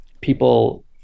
people